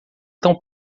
tão